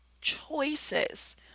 choices